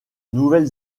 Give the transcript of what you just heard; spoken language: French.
nouvelle